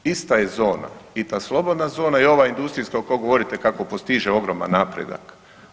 Ista je zona i ta sloboda zona i ova industrijska koja govorite kako postiže ogroman napredak.